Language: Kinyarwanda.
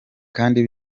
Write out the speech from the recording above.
kandi